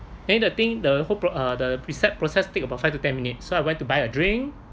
can you the thing the hope or other reset process take about five to ten minutes so I went to buy a drink